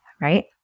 right